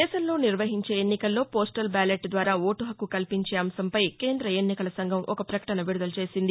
దేశంలో నిర్వహించే ఎన్నికల్లో పోస్టల్ బ్యాలెట్ ద్వారా ఓటు హక్కు కల్పించే అంశంపై కేంద్ర ఎన్నికల సంఘం ఒక పకటన విడుదల చేసింది